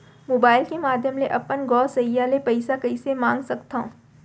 Mobile के माधयम ले अपन गोसैय्या ले पइसा कइसे मंगा सकथव?